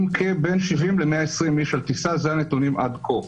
אם כבין 70 ל-120 איש על טיסה, אלה הנתונים עד כה.